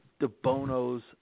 DeBono's